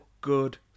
good